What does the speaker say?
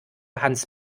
hans